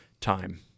time